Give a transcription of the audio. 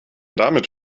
damit